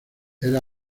era